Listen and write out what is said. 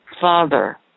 father